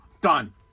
Done